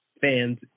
fans